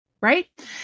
Right